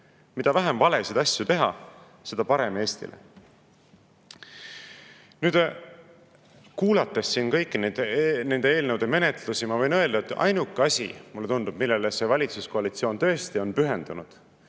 Mida vähem valesid asju teha, seda parem Eestile. Kuulates siin kõiki nende eelnõude menetlusi, ma võin öelda, et ainuke asi, mulle tundub, millele see valitsuskoalitsioon tõesti pühendunud